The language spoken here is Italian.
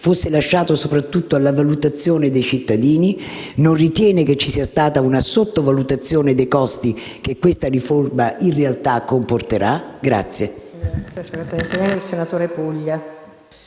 fosse lasciato soprattutto alla valutazione dei cittadini e se non ritiene che ci sia stata una sottovalutazione dei costi che questa riforma in realtà comporterà.